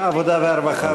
העבודה, הרווחה והבריאות.